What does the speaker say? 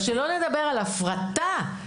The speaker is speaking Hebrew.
ובעניין ההפרטה,